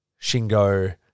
Shingo